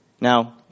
Now